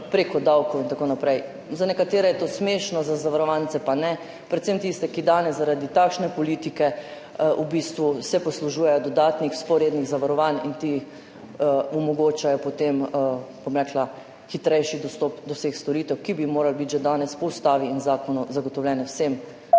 prek davkov in tako naprej. Za nekatere je to smešno, za zavarovance pa ne, predvsem tiste, ki se danes zaradi takšne politike v bistvu poslužujejo dodatnih vzporednih zavarovanj, ki omogočajo potem, bom rekla, hitrejši dostop do vseh storitev, ki bi morale biti že danes po ustavi in zakonu zagotovljene vsem